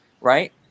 right